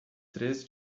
três